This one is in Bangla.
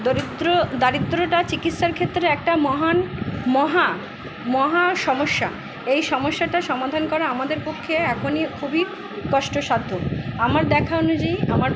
দরিদ্র দারিদ্রটা চিকিৎসার ক্ষেত্রে একটা মহান মহা মহা সমস্যা এই সমস্যাটা সমাধান করা আমাদের পক্ষে এখনই খুবই কষ্টসাধ্য আমার দেখা অনুযায়ী আমার